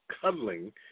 cuddling